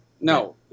no